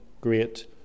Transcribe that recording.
great